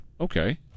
okay